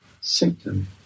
symptom